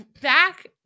back